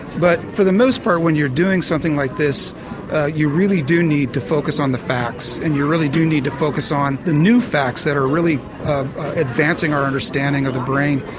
but for the most part when you're doing something like this you really do need to focus on the facts, and you really do need to focus on the new facts that are really advancing our understanding of the brain.